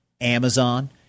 Amazon